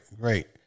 Great